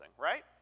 right